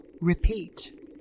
repeat